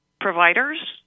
providers